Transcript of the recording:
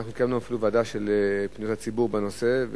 אנחנו הקמנו אפילו ועדה של פניות הציבור בנושא,